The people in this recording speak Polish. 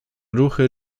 ruchy